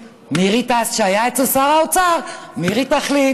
שהיה אצל שר האוצר והפעם כתוב: מירי תחליט,